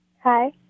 Hi